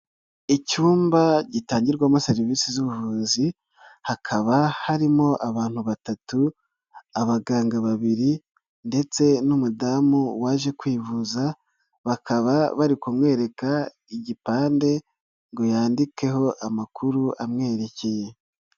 Icyumba gitangirwamo serivisi z'ubuvuzi, hakaba harimo abantu batatu, abaganga babiri ndetse n'umudamu waje kwivuza, bakaba bari kumwereka igipande ngo yandikeho amakuru amwerekeye.